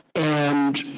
and